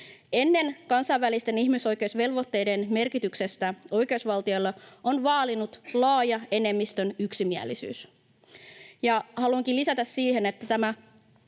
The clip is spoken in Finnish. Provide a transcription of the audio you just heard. Ennen kansainvälisten ihmisoikeusvelvoitteiden merkityksestä oikeusvaltiolle on vallinnut laaja enemmistön yksimielisyys, ja haluankin lisätä siihen, että tämä